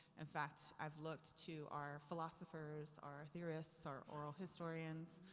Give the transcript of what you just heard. in fact, i've looked to our philosophers, our theorists, our oral historians,